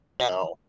Now